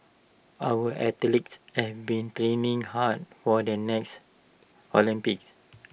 our athletes and been training hard for the next Olympics